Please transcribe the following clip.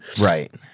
Right